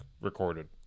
recorded